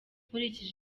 nkurikije